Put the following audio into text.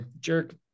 jerk